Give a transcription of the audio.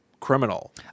criminal